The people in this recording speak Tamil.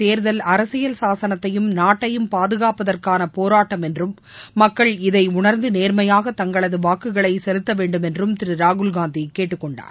தேர்தல் சாசனத்தையும் நாட்டையும் பாதுகாப்பதற்கானபோராட்டம் என்றும் மக்கள் இதைஉணர்ந்துநேர்மையாக தங்களதுவாக்குகளைசெலுத்தவேண்டும் என்றுதிருராகுல் காந்திகேட்டுக்கொண்டார்